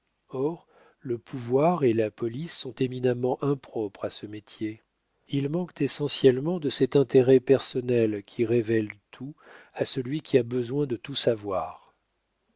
or le pouvoir et la police sont éminemment impropres à ce métier ils manquent essentiellement de cet intérêt personnel qui révèle tout à celui qui a besoin de tout savoir